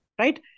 right